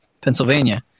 Pennsylvania